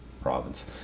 province